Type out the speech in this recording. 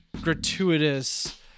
gratuitous